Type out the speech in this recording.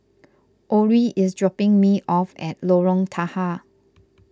Orie is dropping me off at Lorong Tahar